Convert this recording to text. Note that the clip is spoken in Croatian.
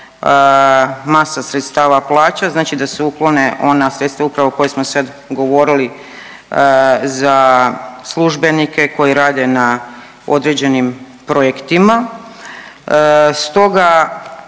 masa sredstava plaća, znači da se uklone ona sredstva upravo koja smo sad govorili za službenike koji rade na određenim projektima.